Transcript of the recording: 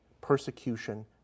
persecution